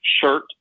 shirt